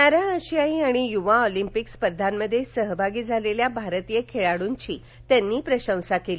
para आशियाई आणि युवा ऑलिंपिक स्पर्धांमध्ये सहभागी झालेल्या भारतीय खेळाडूंची त्यांनी प्रशंसा केली